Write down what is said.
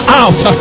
out